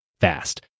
fast